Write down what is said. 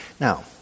Now